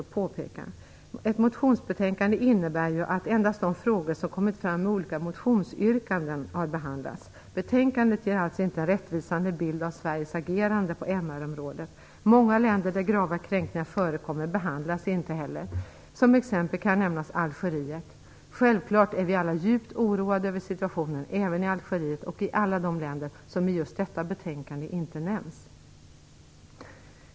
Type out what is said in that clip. Att det är ett motionsbetänkande innebär ju att endast de frågor som kommit fram i olika motionsyrkanden har behandlats. Betänkandet ger alltså inte en rättvisande bild av Sveriges agerande på MR området. Många länder där grava kränkningar förekommer behandlas inte. Som exempel kan nämnas Algeriet. Självklart är vi alla djupt oroade över situationen även i Algeriet liksom i alla andra länder som inte nämns i just detta betänkande men som har motsvarande problem.